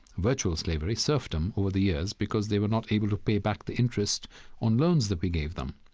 virtual slavery, serfdom, over the years because they were not able to pay back the interest on loans that we gave them.